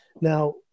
Now